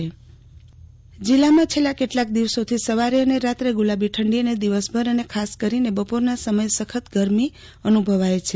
આરતી ભક્ટ હવામાન જિલ્લામાં છેલ્લા કેટલાક દિવસોથી સવારે અને રાત્રે ગુલાબી ઠંડી અને દિવસભર અનેખાસ કરીને બપોરના સમયે સખત ગરમી અનુભવાય છે